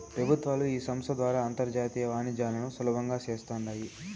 పెబుత్వాలు ఈ సంస్త ద్వారా అంతర్జాతీయ వాణిజ్యాలను సులబంగా చేస్తాండాయి